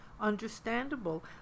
understandable